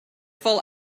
full